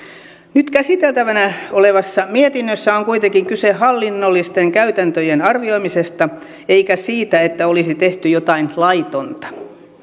nyt käsiteltävänä olevassa mietinnössä on kuitenkin kyse hallinnollisten käytäntöjen arvioimisesta eikä siitä että olisi tehty jotain laitonta